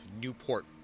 Newport